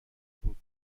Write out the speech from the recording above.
بود